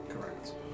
Correct